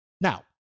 now